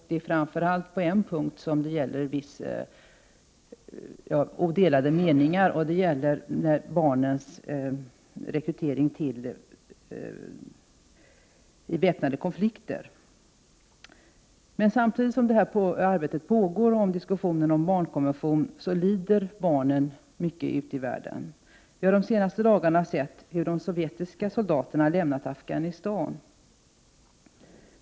Det är framför allt på en punkt som det råder delade meningar, och den gäller rekryteringen av barn vid väpnade konflikter. Men medan diskussionerna om en barnkonvention pågår lider barn världen över. Vi har de senaste dagarna sett hur de sovjetiska soldaterna lämnat Afghanistan.